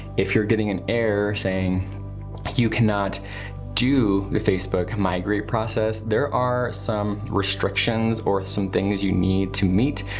if you're getting an error saying you cannot do the facebook migrate process, there are some restrictions or some things you need to meet.